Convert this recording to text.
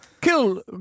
kill